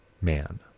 man